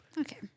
Okay